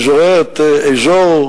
אני זוכר את אזור,